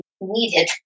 needed